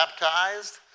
baptized